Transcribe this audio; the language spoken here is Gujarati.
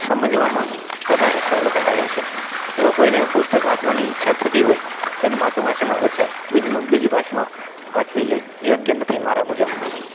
સમજવામાં વધારે સરળતા રહે છે જો કોઈને પુસ્તક વાંચવાની ઈચ્છા થતી હોય તો એને માતૃભાષામાં જ વંચાય બીજી ભાષામાં વાંચવું યોગ્ય નથી મારા મુજબ